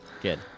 Good